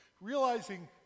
realizing